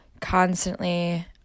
constantly